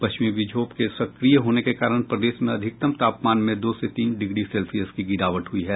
पश्चिमी विक्षोभ के सक्रिय होने के कारण प्रदेश में अधिकतम तापमान में दो से तीन डिग्री सेल्सियस की गिरावट हुई है